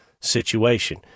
situation